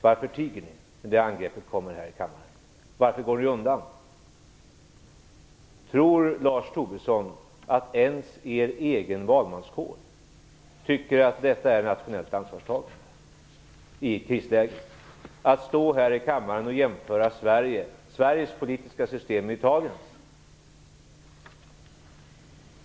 Varför tiger ni när det angreppet kommer här i kammaren? Varför går ni undan? Tror Lars Tobisson att ens er egen valmanskår tycker att det är ett nationellt ansvarstagande i ett krisläge att stå här i kammaren och jämföra Sveriges politiska system med Italiens?